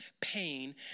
pain